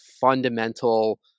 fundamental